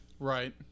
Right